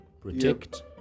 Protect